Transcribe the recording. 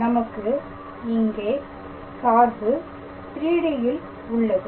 நமக்கு இங்கே சார்பு 3D ல் உள்ளது